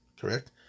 Correct